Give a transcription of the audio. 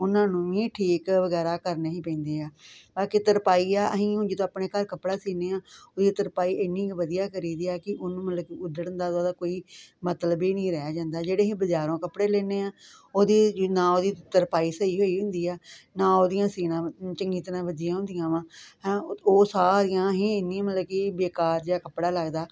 ਉਨ੍ਹਾਂ ਨੂੰ ਵੀ ਠੀਕ ਵਗੈਰਾ ਕਰਨੇ ਹੀ ਪੈਂਦੇ ਆ ਅੱਗੇ ਤਰਪਾਈ ਆ ਅਹੀਂ ਜਦੋਂ ਆਪਣੇ ਘਰ ਕੱਪੜਾ ਸੀਨੇਂ ਆਂ ਉਹਦੀ ਤਰਪਾਈ ਐਨੀ ਕ ਵਧੀਆ ਕਰੀਦੀ ਆ ਕੀ ਉਹਨੂੰ ਮਤਲਬ ਕੀ ਉਧੜਨ ਦਾ ਤਾਂ ਉਹਦਾ ਕੋਈ ਮਤਲਬ ਈ ਨੀ ਰਹਿ ਜਾਂਦਾ ਜਿਹੜੇ ਅਸੀਂ ਬਜਾਰੋਂ ਕੱਪੜੇ ਲੈਨੇ ਆਂ ਉਹਦੀ ਜਿਹੜੀ ਨਾ ਉਹਦੀ ਤਰਪਾਈ ਸਈ ਹੋਈ ਹੁੰਦੀ ਆ ਨਾ ਉਹਦੀਆਂ ਸੀਣਾਂ ਚੰਗੀ ਤਰ੍ਹਾਂ ਵੱਜੀਆਂ ਹੁੰਦੀਆਂ ਵਾਂ ਹੈਂਅ ਉਹ ਸਾਰੀਆਂ ਹੀ ਐਨੀਆਂ ਮਤਲਬ ਕੀ ਬੇਕਾਰ ਜਿਆ ਕੱਪੜਾ ਲੱਗਦਾ